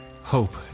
Hope